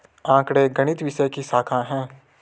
आंकड़े गणित विषय की शाखा हैं